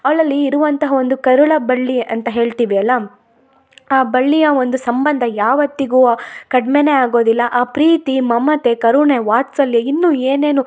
ಅವಳಲ್ಲಿ ಇರುವಂತಹ ಒಂದು ಕರುಳ ಬಳ್ಳಿ ಅಂತ ಹೇಳ್ತೀವಿ ಅಲ್ಲಾ ಆ ಬಳ್ಳಿಯ ಒಂದು ಸಂಬಂಧ ಯಾವತ್ತಿಗೂ ಕಡ್ಮೆನೆ ಆಗೋದಿಲ್ಲ ಆ ಪ್ರೀತಿ ಮಮತೆ ಕರುಣೆ ವಾತ್ಸಲ್ಯ ಇನ್ನು ಏನೇನು